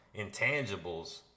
intangibles